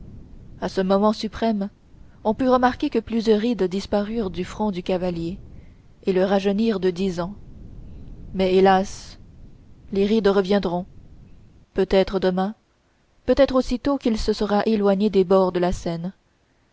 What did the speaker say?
a ce moment suprême on put remarquer que plusieurs rides disparurent du front du cavalier et le rajeunirent de dix ans mais hélas les rides reviendront peut-être demain peut-être aussitôt qu'il se sera éloigné des bords de la seine